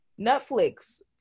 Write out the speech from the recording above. Netflix